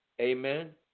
Amen